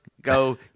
go